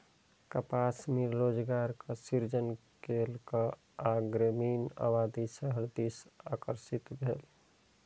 कपास मिल रोजगारक सृजन केलक आ ग्रामीण आबादी शहर दिस आकर्षित भेल